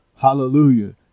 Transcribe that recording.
Hallelujah